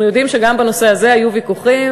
אנחנו יודעים שגם בנושא הזה היו ויכוחים